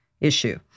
issue